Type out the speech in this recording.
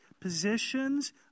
positions